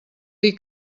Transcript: dir